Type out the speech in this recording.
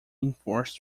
enforced